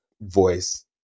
voice